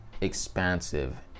expansive